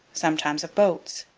sometimes of boats,